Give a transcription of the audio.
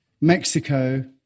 Mexico